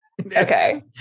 okay